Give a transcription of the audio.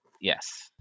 Yes